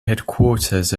headquarters